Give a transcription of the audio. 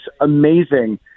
amazing